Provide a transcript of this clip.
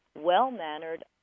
well-mannered